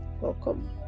welcome